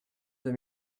deux